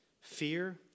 Fear